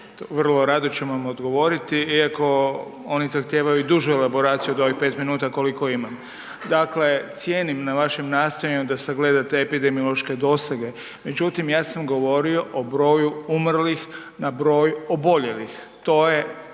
Vrlo rado ću vam odgovoriti iako oni zahtijevaju dužu elaboraciju od ovih 5 minuta koliko imam. Dakle, cijenim na vašem nastojanju da sagledate epidemiološke dosege, međutim ja sam govorio o broju umrlih na broj oboljelih, to je